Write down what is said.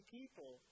people